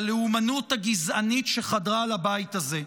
בלאומנות הגזענית שחדרה לבית הזה.